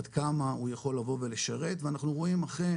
עד כמה הוא יכול לבוא ולשרת ואנחנו רואים אכן